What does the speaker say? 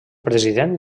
president